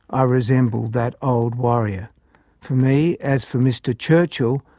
i resemble that old warrior for me as for mr churchill,